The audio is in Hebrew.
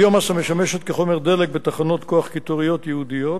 ביו-מאסה משמשת כחומר דלק בתחנות כוח קיטוריות ייעודיות,